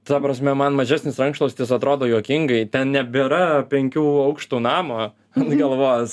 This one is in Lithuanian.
ta prasme man mažesnis rankšluostis atrodo juokingai ten nebėra penkių aukštų namo ant galvos